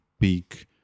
peak